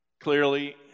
Clearly